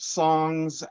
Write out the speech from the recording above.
songs